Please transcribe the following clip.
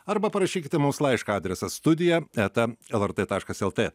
arba parašykite mums laišką adresas studija eta lrt taškas lt